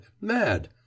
mad